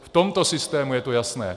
V tomto systému je to jasné.